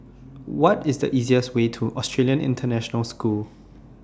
What IS The easiest Way to Australian International School